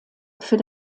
für